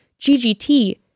GGT